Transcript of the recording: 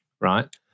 right